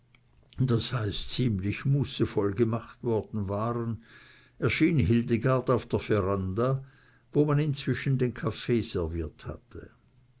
das heißt ziemlich mußevoll gemacht worden waren erschien hildegard auf der veranda wo man inzwischen den kaffee serviert hatte